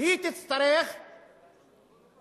היא תצטרך לשלם